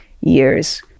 years